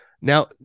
Now